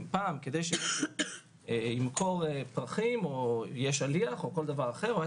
אם פעם כדי שאדם ימכור פרחים או יהיה שליח או כל דבר אחר הוא היה